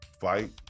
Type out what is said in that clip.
Fight